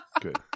good